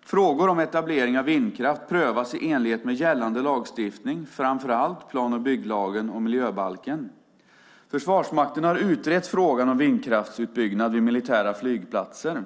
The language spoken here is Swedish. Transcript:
Frågor om etablering av vindkraft prövas i enlighet med gällande lagstiftning, framför allt plan och bygglagen och miljöbalken. Försvarsmakten har utrett frågan om vindkraftsutbyggnad vid militära flygplatser.